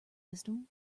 system